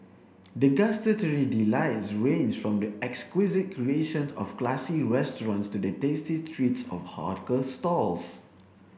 the gustatory delights range from the exquisite creation of classy restaurants to the tasty treats of hawker stalls